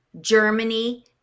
Germany